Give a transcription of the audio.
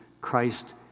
Christ